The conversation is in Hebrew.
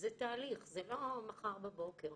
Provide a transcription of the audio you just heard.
זה תהליך, זה לא מחר בבוקר,